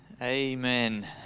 amen